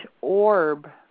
orb